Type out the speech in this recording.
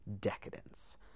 decadence